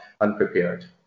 unprepared